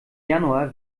januar